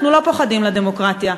אנחנו לא פוחדים לדמוקרטיה.